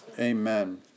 amen